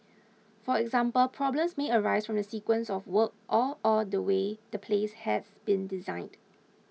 for example problems may arise from the sequence of works or or the way the place has been designed